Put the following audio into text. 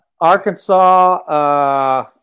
Arkansas